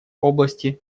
области